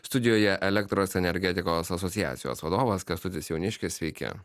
studijoje elektros energetikos asociacijos vadovas kęstutis jauniškis sveiki